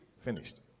Finished